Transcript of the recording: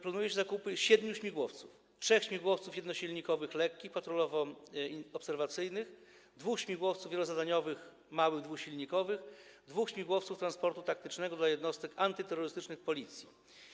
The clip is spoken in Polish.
Planuje się zakupy siedmiu śmigłowców: trzech śmigłowców jednosilnikowych lekkich patrolowo-obserwacyjnych, dwóch śmigłowców wielozadaniowych małych dwusilnikowych i dwóch śmigłowców transportu taktycznego dla jednostek antyterrorystycznych Policji.